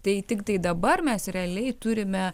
tai tiktai dabar mes realiai turime